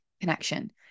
connection